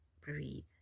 breathe